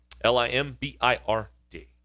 L-I-M-B-I-R-D